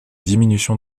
diminution